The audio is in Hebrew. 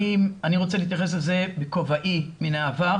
אני רוצה להתייחס לזה בכובעי מן העבר